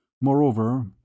Moreover